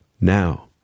Now